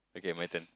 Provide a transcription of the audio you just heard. okay my turn